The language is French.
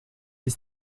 les